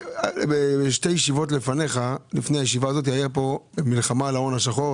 שתי ישיבות לפניך הייתה פה מלחמה על ההון השחור,